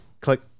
Click